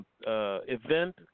event